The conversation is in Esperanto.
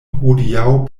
hodiaŭ